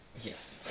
Yes